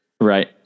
Right